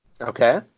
Okay